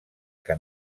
que